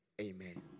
amen